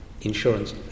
insurance